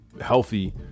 healthy